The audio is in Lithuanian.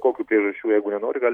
kokių priežasčių jeigu nenori gali